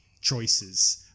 choices